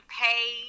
pay